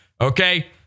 Okay